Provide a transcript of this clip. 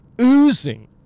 oozing